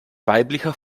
weiblicher